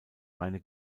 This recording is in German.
reine